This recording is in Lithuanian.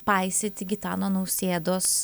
paisyti gitano nausėdos